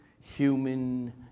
human